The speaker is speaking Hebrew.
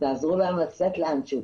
תעזרו להם לצאת לאן שהוא.